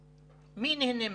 מי נהנה מזה?